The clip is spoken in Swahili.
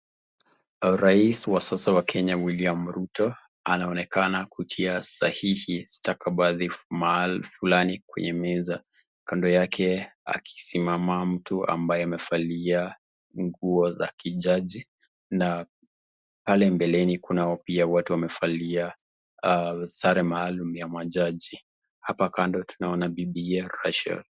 Rais wa sasa wa Kenya William Ruto anaonekana kutia sahihi stakabathi mahali fulani kwenye meza . Kando yake akisimama mtu ambaye amevalia nguo za kijaji na pale mbeleni kunao pia watu wamevalia sare maalum ya majaji . Hapa kando tunaona bibiye Racheal .